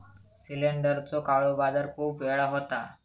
सिलेंडरचो काळो बाजार खूप वेळा होता